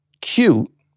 cute